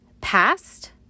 past